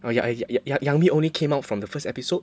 yeah ya yeah ya 杨幂 only came out from the first episode